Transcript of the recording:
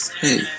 Hey